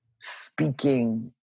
speaking